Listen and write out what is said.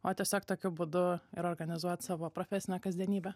o tiesiog tokiu būdu ir organizuot savo profesinę kasdienybę